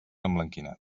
emblanquinat